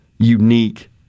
unique